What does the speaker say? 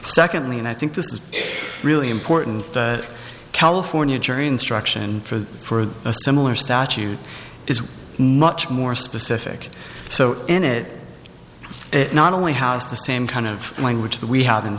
secondly and i think this is really important that california jury instruction for a similar statute is much more specific so in it it not only has the same kind of language that we have